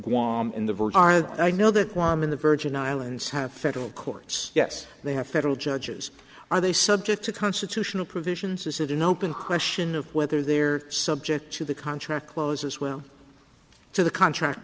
guam in the i know that won in the virgin islands have federal courts yes they have federal judges are they subject to constitutional provisions is it an open question of whether they're subject to the contract close as well to the contract